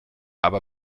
aber